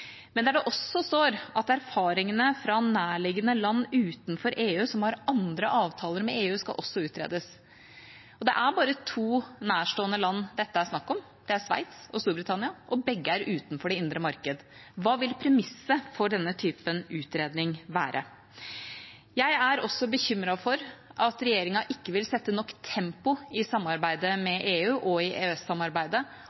står også at erfaringene fra nærliggende land utenfor EU som har andre avtaler med EU, også skal utredes. Det er bare to nærstående land dette er snakk om: Det er Sveits og Storbritannia, og begge er utenfor det indre markedet. Hva vil premisset for denne typen utredning være? Jeg er også bekymret for at regjeringa ikke vil sette nok tempo i samarbeidet